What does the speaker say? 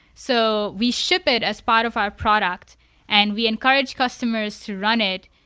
so we ship it as part of our product and we encourage customers to run it,